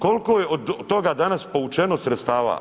Koliko je od toga danas povučeno sredstava?